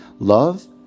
Love